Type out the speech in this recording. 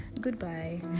goodbye